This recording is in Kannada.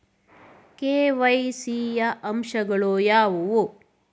ಕೆ.ವೈ.ಸಿ ಯ ಅಂಶಗಳು ಯಾವುವು?